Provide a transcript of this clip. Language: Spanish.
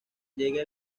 llega